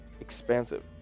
expansive